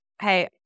hey